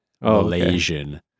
Malaysian